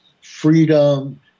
freedom